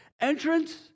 entrance